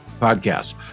Podcast